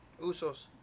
Usos